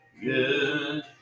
Good